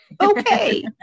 okay